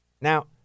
Now